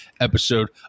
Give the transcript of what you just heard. episode